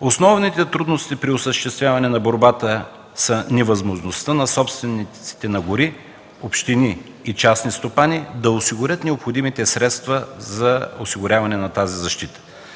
Основните трудности при осъществяване на борбата са невъзможността на собствениците на гори, общини и частни стопани да осигурят необходимите средства за осигуряване на тази защита.